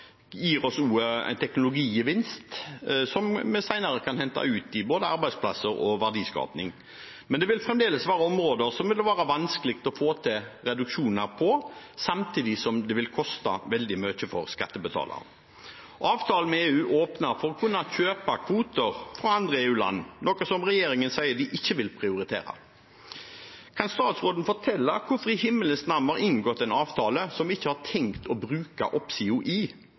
gir oss også en teknologigevinst som vi senere kan hente ut i både arbeidsplasser og verdiskaping. Men det vil fremdeles være områder som det vil være vanskelig å få til reduksjoner på, samtidig som det vil koste veldig mye for skattebetalerne. Avtalen med EU åpner for å kunne kjøpe kvoter fra EU-land, noe regjeringen sier at de ikke vil prioritere. Kan statsråden fortelle hvorfor i himmelens navn vi har inngått en avtale som vi ikke har tenkt å bruke oppsiden